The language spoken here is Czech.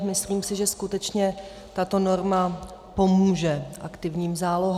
Myslím si, že skutečně tato norma pomůže aktivním zálohám.